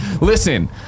listen